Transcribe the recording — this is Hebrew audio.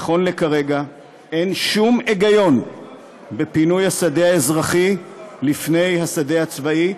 נכון לכרגע אין שום היגיון בפינוי השדה האזרחי לפני השדה הצבאי.